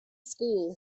school